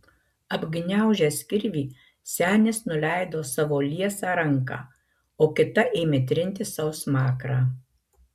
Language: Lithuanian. apgniaužęs kirvį senis nuleido savo liesą ranką o kita ėmė trinti sau smakrą